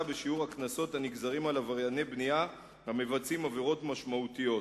בשיעור הקנסות הנגזרים על עברייני בנייה המבצעים עבירות משמעותיות,